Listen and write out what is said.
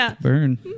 burn